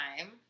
time